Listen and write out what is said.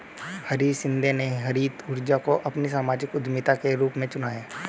हरीश शिंदे ने हरित ऊर्जा को अपनी सामाजिक उद्यमिता के रूप में चुना है